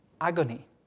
agony